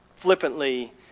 flippantly